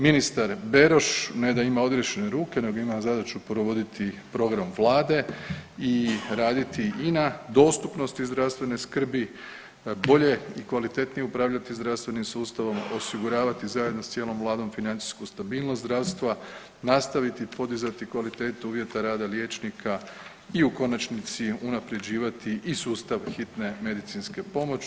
Ministar Beroš ne da ima odriješene ruke, nego ima zadaću provoditi program Vlade i raditi i na dostupnosti zdravstvene skrbi, bolje i kvalitetnije upravljati zdravstvenim sustavom, osiguravati zajedno sa cijelom Vladom financijsku stabilnost zdravstva, nastaviti podizati kvalitetu uvjeta rada liječnika i u konačnici unapređivati i sustav hitne medicinske pomoći.